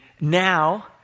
now